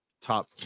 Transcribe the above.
top